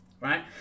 Right